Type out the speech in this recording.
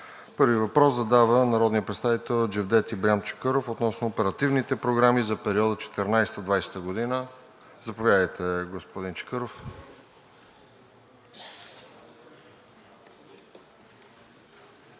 Първи въпрос задава народният представител Джевдет Ибрям Чакъров относно оперативните програми за периода 2014 – 2020 г. Заповядайте, господин Чакъров.